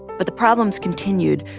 but the problems continued,